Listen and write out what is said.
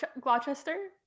Gloucester